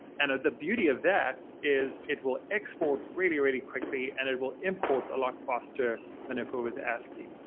and the beauty of that is it will export really, really quickly and it will import a lot faster than and if it was ascii.